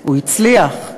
הוא הצליח,